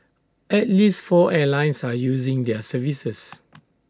at least four airlines are using their services